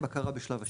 בקרה בשלב השיוט,